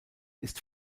ist